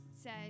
says